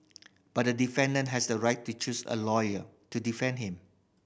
but the defendant has a right to choose a lawyer to defend him